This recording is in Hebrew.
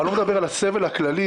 אני לא מדבר על הסבל הכללי,